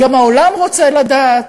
גם העולם רוצה לדעת,